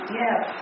yes